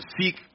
seek